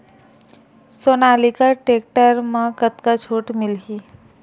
Sonalika tractor म कतका छूट मिलही?